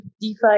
DeFi